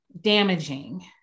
damaging